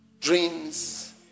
dreams